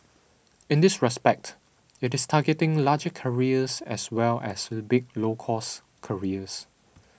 in this respect it is targeting larger carriers as well as big low cost carriers